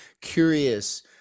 curious